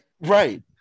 Right